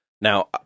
Now